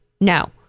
no